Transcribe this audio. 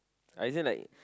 I just like